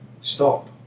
stop